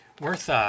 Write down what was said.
Worth